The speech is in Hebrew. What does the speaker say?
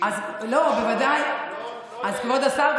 כבוד השר,